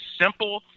simple